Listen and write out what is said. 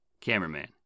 Cameraman